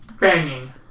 banging